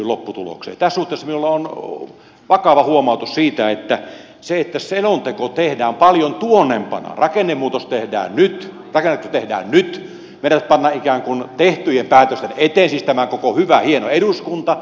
tässä suhteessa minulla on vakava huomautus siitä että se on nurinkurinen asetelma että selonteko tehdään paljon tuonnempana rakennemuutos tehdään nyt meidät pannaan ikään kuin tehtyjen päätösten eteen siis tämä koko hyvä hieno eduskunta